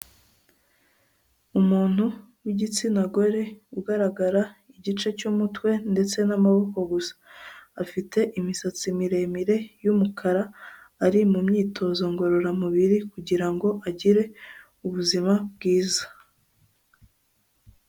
Umuntu w'igitsina gore ugaragara igice cy'umutwe ndetse n'amaboko gusa, afite imisatsi miremire y'umukara, ari mu myitozo ngororamubiri kugirango agire ubuzima bwiza.